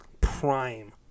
prime